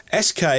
SK